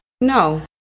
No